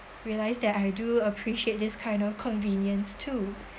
realise that I do appreciate this kind of convenience too